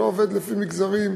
זה לא עובד לפי מגזרים,